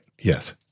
Yes